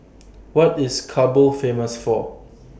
What IS Kabul Famous For